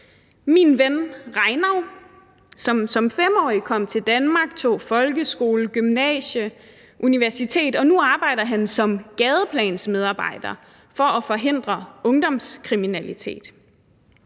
min ven Rainau, der som 5-årig kom til Danmark, tog folkeskole og gymnasium, gik på universitetet og nu arbejder som gadeplansmedarbejder for at forhindre ungdomskriminalitet.